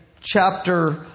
chapter